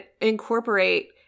incorporate